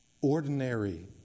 Ordinary